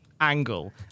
Angle